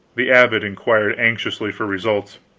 the abbot inquired anxiously for results.